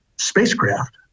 spacecraft